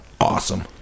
Awesome